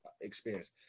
experience